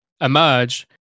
emerge